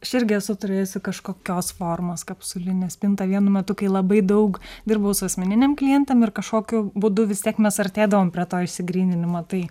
aš irgi esu turėjusi kažkokios formos kapsulinę spintą vienu metu kai labai daug dirbau su asmeninėm klientėm ir kažkokiu būdu vis tiek mes suartėdavom prie to išsigryninimo tai